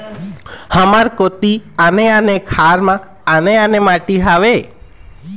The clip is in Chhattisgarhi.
हमर कोती आने आने खार म आने आने माटी हावे?